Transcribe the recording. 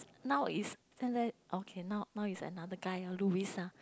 now is okay now now is another guy Louis lah